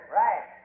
right